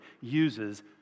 uses